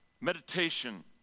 meditation